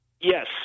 Yes